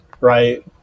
right